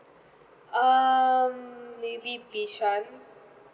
um maybe bishan